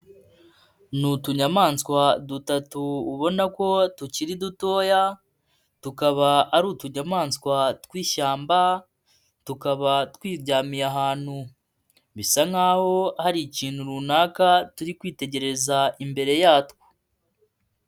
Ni utunyamaswa dutatu ubona ko tukiri dutoya tukaba ari utunyamaswa tw'ishyamba, tukaba twiryamiye ahantu bisa nk'aho hari ikintu runaka turi kwitegereza imbere yatwo.